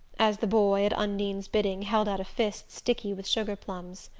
as the boy, at undine's bidding, held out a fist sticky with sugarplums.